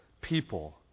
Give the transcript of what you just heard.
people